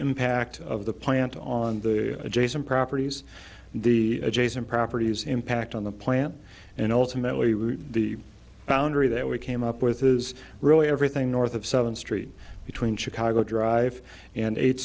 impact of the plant on the adjacent properties and the adjacent properties impact on the plant and ultimately the foundry that we came up with is really everything north of seven street between chicago drive and eight